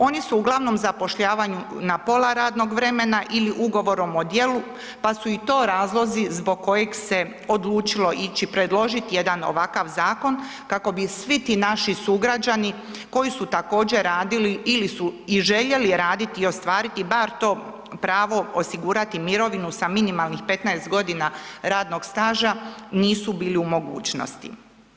Oni su uglavnom zapošljavani na pola radnog vremena ili Ugovorom o djelu, pa su i to razlozi zbog kojeg se odlučilo ići predložit jedan ovakav zakon kako bi svi ti naši sugrađani koji su također radili ili su i željeli raditi i ostvariti bar to pravo osigurati mirovinu sa minimalnih 15.g. radnog staža, nisu bili u mogućnosti.